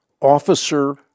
officer